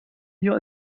hier